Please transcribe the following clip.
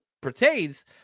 pertains